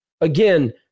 again